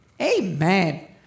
Amen